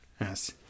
Yes